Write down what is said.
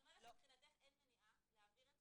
את אומרת שמבחינתך אין מניעה להעביר את